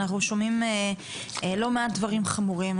אנחנו שומעים לא מעט דברים חמורים.